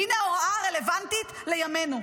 והינה ההוראה הרלוונטית לימינו.